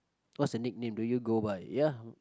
what's the nickname do you go by ya